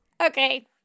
Okay